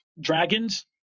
Dragons